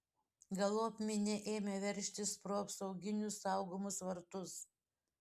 galop minia ėmė veržtis pro apsauginių saugomus vartus